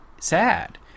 sad